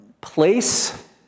place